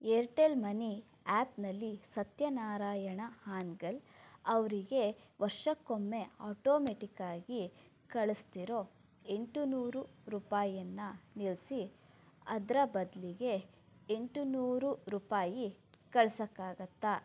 Airtel money ಆ್ಯಪ್ನಲ್ಲಿ ಸತ್ಯನಾರಾಯಣ ಹಾನ್ಗಲ್ ಅವರಿಗೆ ವರ್ಷಕ್ಕೊಮ್ಮೆ ಆಟೋಮೆಟಿಕ್ಕಾಗಿ ಕಳಸ್ತಿರೋ ಎಂಟು ನೂರು ರೂಪಾಯಿಯನ್ನು ನಿಲ್ಲಿಸಿ ಅದರ ಬದಲಿಗೆ ಎಂಟು ನೂರು ರೂಪಾಯಿ ಕಳ್ಸೋಕ್ಕಾಗತ್ತಾ